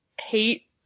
hate